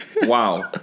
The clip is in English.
Wow